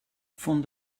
von